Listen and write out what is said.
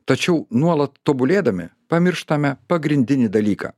tačiau nuolat tobulėdami pamirštame pagrindinį dalyką